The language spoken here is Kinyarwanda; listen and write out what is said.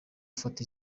afata